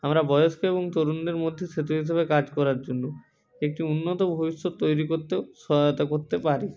আমরা বয়স্ক এবং তরুণদের মধ্যে সেতু হিসেবে কাজ করার জন্য একটি উন্নত ভবিষ্যৎ তৈরি করতেও সহায়তা করতে পারি